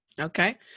okay